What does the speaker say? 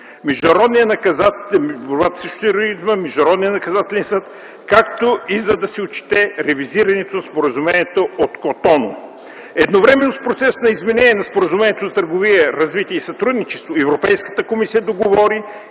Международния наказателен съд, както и за да отчете ревизирането на Споразумението от Котону. Едновременно с процеса на изменение на Споразумението за търговия, развитие и сътрудничество, Европейската комисия договори